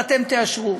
אבל אתם תאשרו,